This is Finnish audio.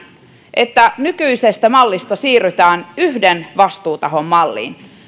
että nykyisestä mallista siirrytään yhden vastuutahon malliin